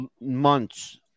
months